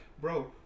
bro